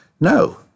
No